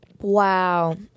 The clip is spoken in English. wow